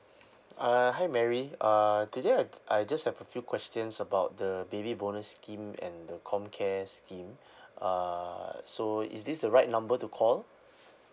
err hi mary uh today I I just have a few questions about the baby bonus scheme and the comcare scheme err so is this the right number to call